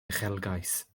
uchelgais